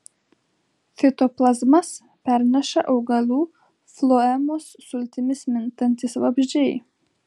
fitoplazmas perneša augalų floemos sultimis mintantys vabzdžiai